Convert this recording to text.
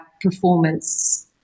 performance